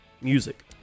music